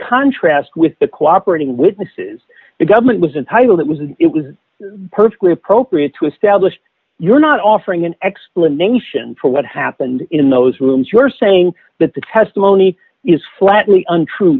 contrast with the cooperating witnesses the government was a title that was and it was perfectly appropriate to establish you're not offering an explanation for what happened in those rooms you're saying that the testimony is flatly untrue